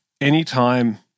anytime